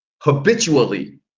habitually